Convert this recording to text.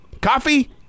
Coffee